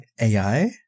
AI